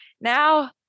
Now